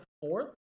fourth